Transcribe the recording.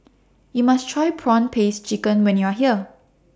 YOU must Try Prawn Paste Chicken when YOU Are here